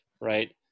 right